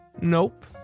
Nope